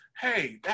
hey